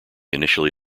initially